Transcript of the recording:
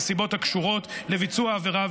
נסיבות הקשורות לביצוע העבירה,